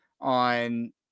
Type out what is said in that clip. on